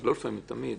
לא לפעמים, תמיד.